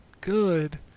good